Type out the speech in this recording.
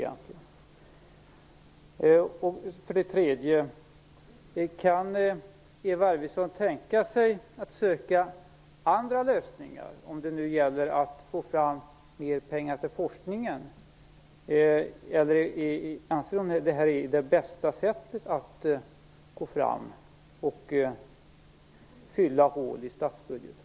Kan Eva Arvidsson tänka sig att söka andra lösningar vad gäller att få fram mer pengar till forskningen, eller anser hon att detta är det bästa sättet att fylla hål i statsbudgeten?